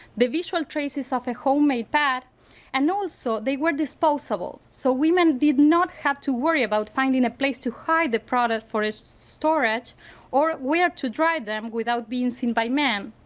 the visual traces of a homemade pad and also they were disposable. so women did not have to worry about finding a place to hide the product for store it or where to dry them without being seen by men.